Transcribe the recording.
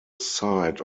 site